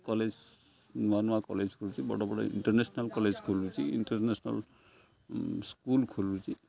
college ନୂଆ ନୂଆ college ଖୋଲୁଛି ବଡ଼ ବଡ଼ ଇଣ୍ଟର୍ନେସ୍ନାଲ୍ କଲେଜ୍ ଖୋଲୁଛି ଇଣ୍ଟର୍ନେସ୍ନାଲ୍ ସ୍କୁଲ୍ ଖୋଲୁଛି